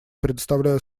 предоставляю